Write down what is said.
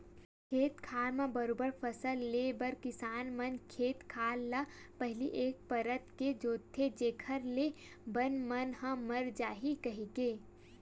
खेत खार म बरोबर फसल ले बर किसान मन खेत खार ल पहिली एक परत के जोंतथे जेखर ले बन मन ह मर जाही कहिके